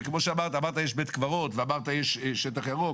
וכמו שאמרת שיש בית קברות ויש שטח ירוק